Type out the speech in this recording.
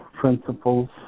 principles